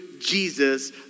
Jesus